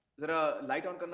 the light on.